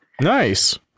Nice